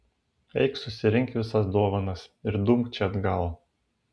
eik susirink visas dovanas ir dumk čia atgal